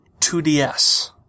2DS